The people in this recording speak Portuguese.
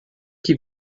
que